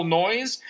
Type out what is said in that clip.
noise